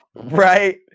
Right